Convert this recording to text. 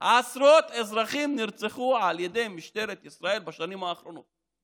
עשרות אזרחים נרצחו על ידי משטרת ישראל בשנים האחרונות,